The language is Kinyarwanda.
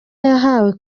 yahawe